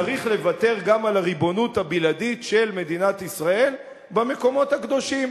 שצריך לוותר גם על הריבונות הבלעדית של מדינת ישראל במקומות הקדושים.